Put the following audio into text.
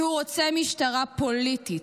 כי הוא רוצה משטרה פוליטית,